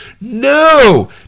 No